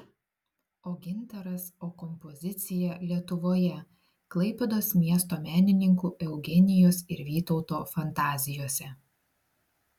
o gintaras o kompozicija lietuvoje klaipėdos miesto menininkų eugenijos ir vytauto fantazijose